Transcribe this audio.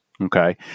okay